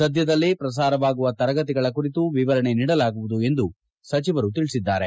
ಸದ್ಯದಲ್ಲೆ ಪ್ರಸಾರವಾಗುವ ತರಗತಿಗಳ ಕುರಿತು ವಿವರಣೆ ನೀಡಲಾಗುವುದು ಎಂದು ಸಚಿವರು ತಿಳಿಸಿದ್ದಾರೆ